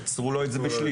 קיצרו לו את זה בשליש.